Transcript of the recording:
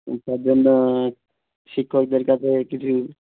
এইটার জন্যে শিক্ষকদের কাছে কিছু